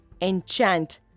enchant